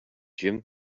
jim